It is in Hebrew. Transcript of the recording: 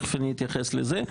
תיכף אני אתייחס לזה,